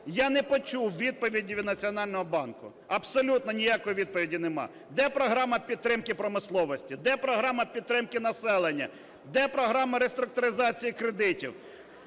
Я не почув відповіді від Національного банку, абсолютно ніякої відповіді немає. Де програма підтримки промисловості? Де програма підтримки населення? Де програма реструктуризації кредитів?